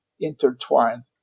intertwined